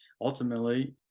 ultimately